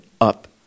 up